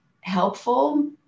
helpful